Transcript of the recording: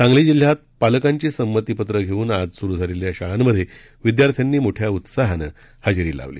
सांगली जिल्ह्यात पालकांची संमती पत्र घेऊन आज सुरू झालेल्या शाळांमधे विद्यार्थ्यांनी मोठ्या उत्साहानं हजेरी लावली